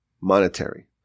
monetary